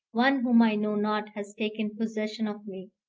one whom i know not, has taken possession of me.